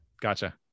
Gotcha